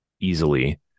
easily